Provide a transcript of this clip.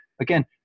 again